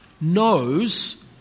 knows